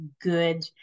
good